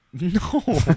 No